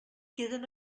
queden